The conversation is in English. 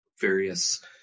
various